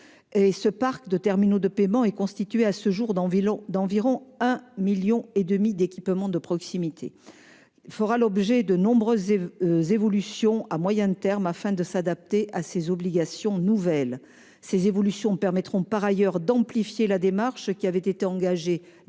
le parc de ces terminaux, constitué à ce jour d'environ 1,5 million d'équipements de proximité, fera l'objet de nombreuses évolutions à moyen terme afin de s'adapter à ces obligations nouvelles. Ces évolutions permettront, par ailleurs, d'amplifier la démarche qui avait été engagée dès